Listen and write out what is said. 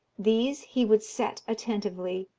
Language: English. these he would set attentively,